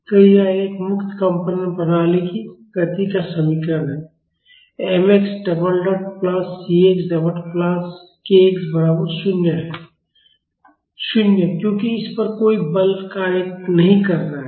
तो यह एक मुक्त कंपन प्रणाली की गति का समीकरण है mx double dot plus cx dot plus kx बराबर 0 है 0 क्योंकि इस पर कोई बल कार्य नहीं कर रहा है